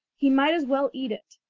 he might as well eat it.